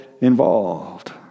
involved